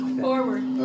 Forward